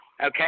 Okay